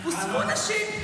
הוספו נשים.